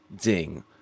ding